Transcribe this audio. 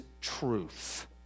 truth